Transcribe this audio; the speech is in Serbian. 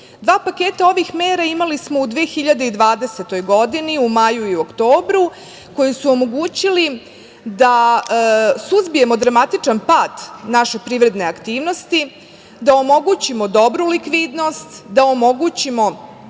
paketa ovih mera imali smo u 2020. godini, u maju i oktobru koji su omogućili da suzbijemo dramatičan pad naše privredne aktivnosti da omogućimo dobru likvidnost, da omogućimo